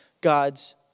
God's